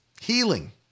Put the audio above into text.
healing